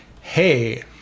hey